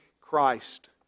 Christ